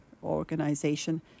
organization